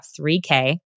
3K